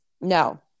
no